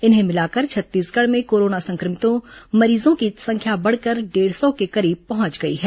इन्हें मिलाकर छत्तीसगढ़ में कोरोना संक्रमितों मरीजों की संख्या बढ़कर डेढ़ सौ के करीब पहुंच गई है